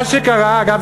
מה שקרה אגב,